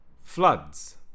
floods